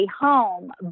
home